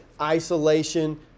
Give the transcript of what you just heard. isolation